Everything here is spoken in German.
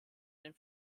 den